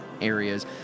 areas